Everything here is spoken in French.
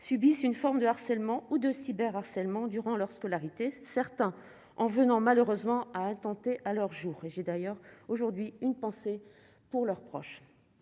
subissent une forme de harcèlement ou de cyber harcèlement durant leur scolarité, certains en venant malheureusement à attenter à leurs jours, et j'ai d'ailleurs aujourd'hui une pensée pour leurs proches,